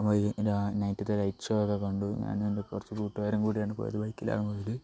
നൈറ്റത്തെ light show ഒക്കെ കണ്ടു ഞാനും എൻ്റെ കുറച്ചു കൂട്ടുകാരും കൂടിയാണ് പോയത് ബൈക്കിലാണ് പോയത്